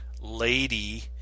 lady